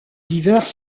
hivers